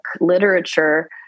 literature